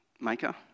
maker